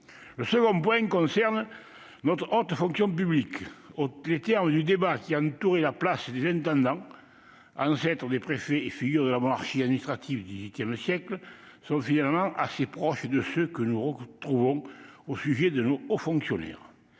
Le second point concerne notre haute fonction publique. Les termes du débat qui entouraient la place des intendants, ancêtres des préfets et figures de la monarchie administrative du XVIII siècle, sont finalement assez proches de ceux que nous retrouvons au sujet de nos hauts fonctionnaires,